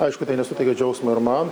aišku tai nesuteikia džiaugsmo ir man